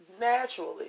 naturally